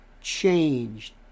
changed